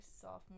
sophomore